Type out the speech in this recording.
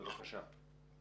בבקשה.